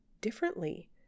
differently